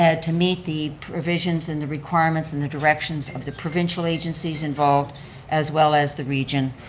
ah to meet the provisions and the requirements and the directions of the provincial agencies involved as well as the region,